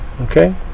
Okay